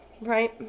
right